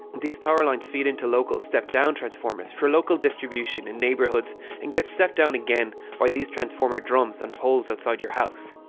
these power lines feed into local step-down transformers for local distribution in neighbourhoods and gets stepped down again by these transformer drums on poles outside your house.